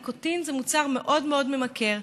ניקוטין זה מוצר מאוד מאוד ממכר,